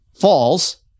falls